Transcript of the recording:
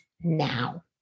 now